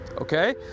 okay